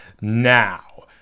Now